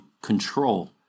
control